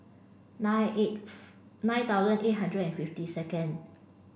nine eighth nine thousand eight hundred and fifty second